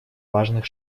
важных